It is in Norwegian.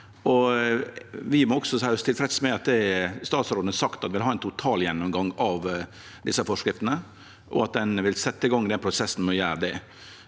statsråden har sagt han vil ha ein totalgjennomgang av forskrifta, og at ein vil setje i gang prosessen med å gjere det.